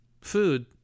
food